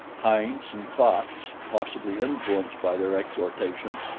heinz and klatz, possibly influenced by their exhortation,